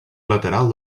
lateral